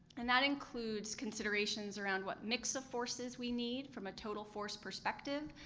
and that includes considerations around what mix of forces we need, from a total force perspective,